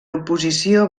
oposició